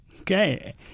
Okay